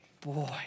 Boy